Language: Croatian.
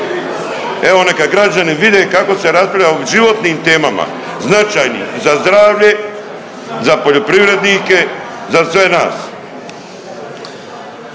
Evo neka građani vide kako se raspravlja o životnim temama, značajnim za zdravlje, za poljoprivrednike i za sve nas.